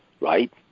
right